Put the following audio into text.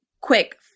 quick